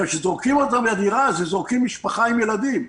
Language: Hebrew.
כשזורקים אותם מן הדירה זורקים משפחה עם ילדים.